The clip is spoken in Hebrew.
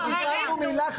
לא דיברנו מילה,